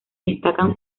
destacan